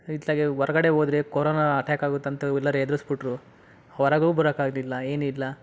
ಇತ್ಲಾಗೆ ಹೊರ್ಗಡೆ ಹೋದ್ರೆ corona attack ಆಗುತ್ತಂತ ಎಲ್ಲರೂ ಹೆದ್ರಿಸ್ಬುಟ್ರು ಹೊರಗೂ ಬರೋಕ್ಕಾಗ್ಲಿಲ್ಲ ಏನಿಲ್ಲ